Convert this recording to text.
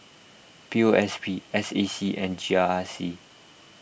P O S B S A C and G R R C